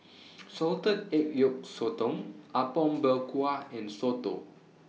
Salted Egg Yolk Sotong Apom Berkuah and Soto